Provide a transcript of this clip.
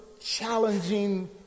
challenging